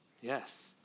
Yes